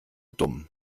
dumm